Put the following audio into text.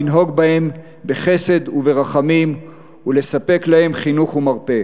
לנהוג בהם בחסד וברחמים ולספק להם חינוך ומרפא.